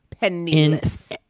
penniless